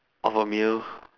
of a meal